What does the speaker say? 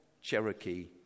Cherokee